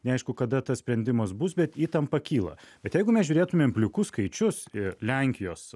neaišku kada tas sprendimas bus bet įtampa kyla bet jeigu mes žiūrėtumėm plikus skaičius ir lenkijos